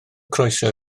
croeso